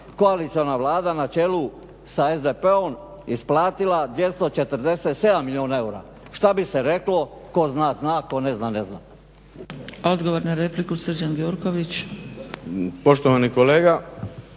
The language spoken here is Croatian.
koaliciona Vlada na čelu sa SDP-om isplatila 247 milijuna eura. Šta bi se reklo tko zna, zna, tko ne zna, ne zna.